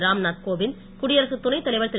ராம்நாத் கோவிந்த் குடியரசுத் துணைத்தலைவர் திரு